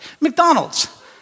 McDonald's